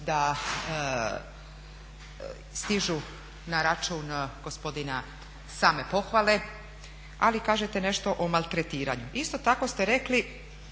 da stižu na račun gospodina same pohvale, ali kažete nešto o maltretiranju. Isto tako ste rekli